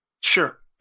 Sure